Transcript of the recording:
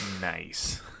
Nice